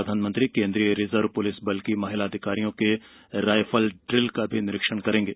प्रधानमंत्री केंद्रीय reserve police बल की महिला अधिकारियों के राइफल ड्रिल का भी निरीक्षण करेंगे